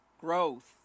growth